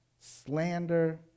slander